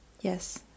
yes